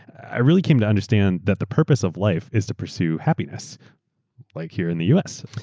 ai really came to understand that the purpose of life is to pursue happiness like here in the us.